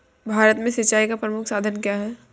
भारत में सिंचाई का प्रमुख साधन क्या है?